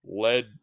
led